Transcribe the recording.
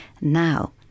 Now